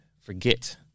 forget